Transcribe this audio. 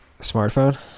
Smartphone